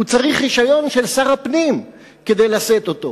הוא צריך רשיון של שר הפנים כדי לשאת אותו.